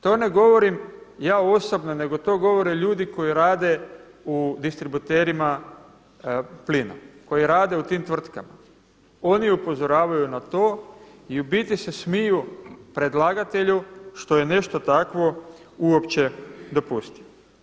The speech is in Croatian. To ne govorim ja osobno, nego to govore ljudi koji rade u distributerima plina, koji rade u tim tvrtkama, oni upozoravaju na to i u biti se smiju predlagatelju što je nešto takvo uopće dopustio.